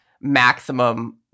maximum